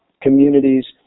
communities